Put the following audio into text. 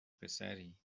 پسری